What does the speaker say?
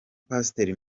pasteur